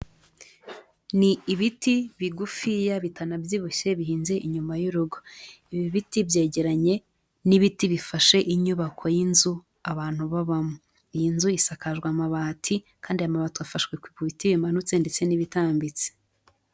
Ni ibiti bigufiya bitanabyibushye, bihinze inyuma y'urugo. Ibi biti byegeranye n'ibiti bifashe inyubako y'inzu, abantu babamo. Iyi nzu isakajwe amabati, kandi amabati afashwe ku biti bimanutse, ndetse n'ibitambitse.